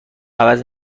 عوض